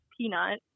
Peanut